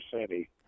city